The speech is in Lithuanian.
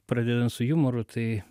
pradedant su jumoru tai